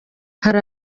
hari